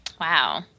Wow